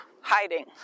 hiding